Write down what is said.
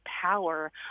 power